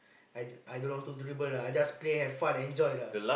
I I don't know how to dribble lah I just play have fun enjoy lah